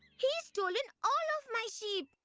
he's stolen all of my sheep!